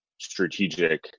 strategic